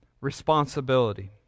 responsibility